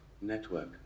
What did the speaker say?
Network